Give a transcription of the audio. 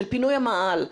של פינוי המאהל.